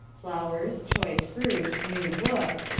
flowers, choice fruit, new books,